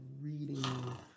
reading